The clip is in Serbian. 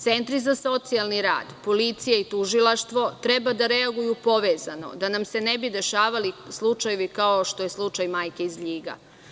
Centri za socijalni rad, policija i tužilaštvo treba da reaguju povezano, da nam se ne bi dešavali slučajevi kao što je slučaj majke iz Ljiga.